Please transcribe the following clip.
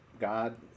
God